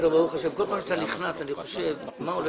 רבותיי, אנחנו בכל זאת נקיים את